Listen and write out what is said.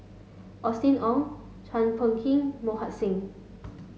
Austen Ong Chua Phung Kim Mohan Singh